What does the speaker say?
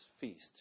feast